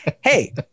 Hey